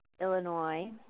Illinois